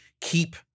keep